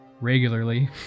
regularly